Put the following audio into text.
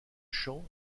chant